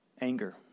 anger